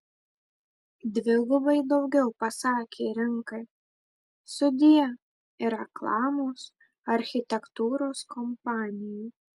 dvigubai daugiau pasakė rinkai sudie ir reklamos architektūros kompanijų